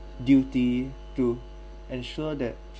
duty to ensure that